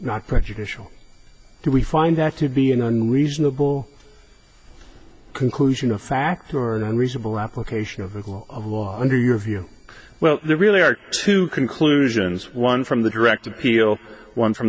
not prejudicial do we find that to be an unreasonable conclusion a fact or a reasonable application of the law under your view well there really are two conclusions one from the direct appeal one from